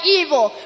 evil